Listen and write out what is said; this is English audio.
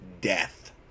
death